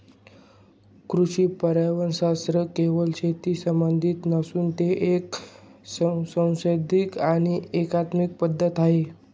कृषी पर्यावरणशास्त्र केवळ शेतीशी संबंधित नसून ती एक सेंद्रिय आणि एकात्मिक पद्धत आहे